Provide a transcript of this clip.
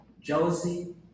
jealousy